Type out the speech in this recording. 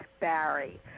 Barry